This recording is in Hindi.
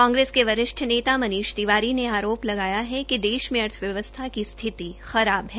कांग्रेस के वरिष्ठ नेता मनीष तिवारी ने आरोप लगाया कि देश मे अर्थव्यवस्था की स्थिति खराब है